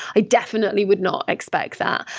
i definitely would not expect that.